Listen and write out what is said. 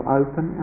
open